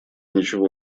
ничего